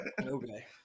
Okay